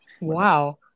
Wow